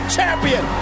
Champion